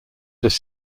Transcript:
this